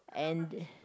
and